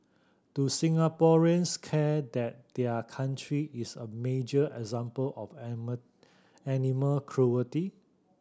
do Singaporeans care that their country is a major example of animal animal cruelty